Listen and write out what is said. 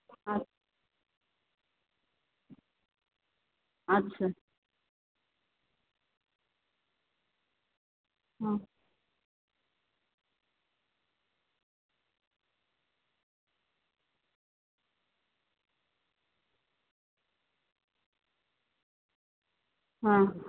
আচ্ছা আচ্ছা হ্যাঁ হ্যাঁ